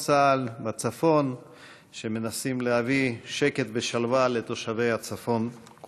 ישיבה שפ"ד הישיבה השלוש-מאות-ושמונים-וארבע של הכנסת העשרים יום שלישי,